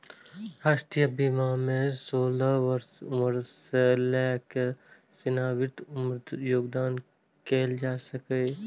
राष्ट्रीय बीमा मे सोलह वर्ष के उम्र सं लए कए सेवानिवृत्तिक उम्र धरि योगदान कैल जा सकैए